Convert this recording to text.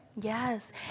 Yes